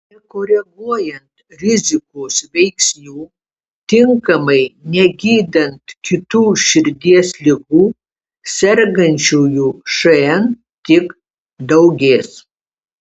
nekoreguojant rizikos veiksnių tinkamai negydant kitų širdies ligų sergančiųjų šn tik daugės